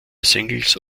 singles